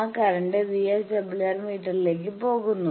ആ current VSWR മീറ്ററിലേക്കു പോകുന്നു